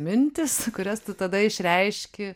mintys kurias tada išreiški